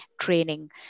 training